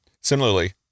Similarly